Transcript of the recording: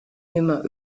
nimmer